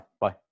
Bye